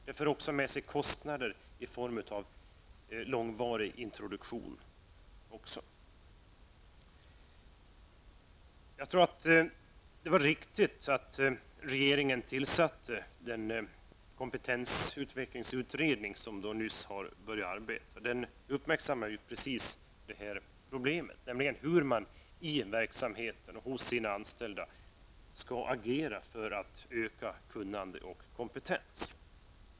Det för också med sig kostnader för långvarig introduktion. Jag tror att det var riktigt att regeringen tillsatte den kompetensutvecklingsutredning, som nyligen har påbörjat sitt arbete. Utredningen skall uppmärksamma just det här problemet, nämligen hur man i verksamheten och hos sina anställda skall agera för att öka kunnande och kompetens.